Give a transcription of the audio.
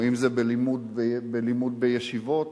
אם בלימוד בישיבות.